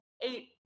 eight